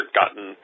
gotten